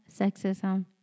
sexism